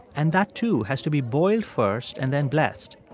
and that, too, has to be boiled first and then blessed.